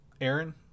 aaron